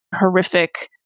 horrific